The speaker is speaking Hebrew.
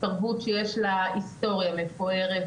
תרבות שיש לה היסטוריה מפוארת,